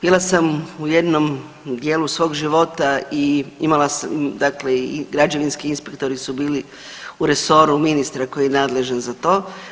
Bila sam u jednom dijelu svog života, i imala sam, dakle i građevinski inspektori su bili u resoru ministra koji je nadležan za to.